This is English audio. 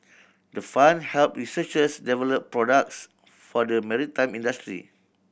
the fund help researchers develop products for the maritime industry